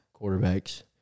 Quarterbacks